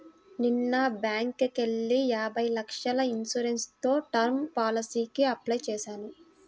నిన్న బ్యేంకుకెళ్ళి యాభై లక్షల ఇన్సూరెన్స్ తో టర్మ్ పాలసీకి అప్లై చేశాను